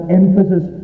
emphasis